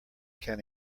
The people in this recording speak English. can